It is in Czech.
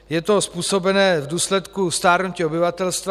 Je to způsobeno v důsledku stárnutí obyvatelstva.